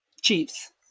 Chiefs